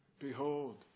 Behold